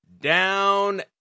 Down